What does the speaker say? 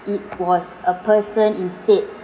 it was a person instead